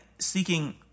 seeking